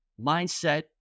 Mindset